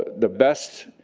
the best.